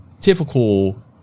typical